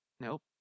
nope